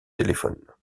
téléphone